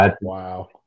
wow